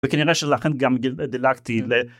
וכנראה שלכן גם דילגתי